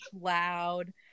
loud